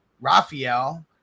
Raphael